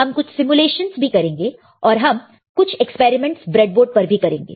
हम कुछ सिमुलेशंस भी करेंगे और हम कुछ एक्सपेरिमेंट्स ब्रेडबोर्ड पर भी करेंगे